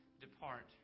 depart